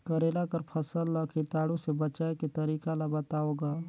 करेला कर फसल ल कीटाणु से बचाय के तरीका ला बताव ग?